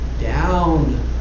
down